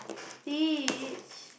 teach